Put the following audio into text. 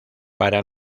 para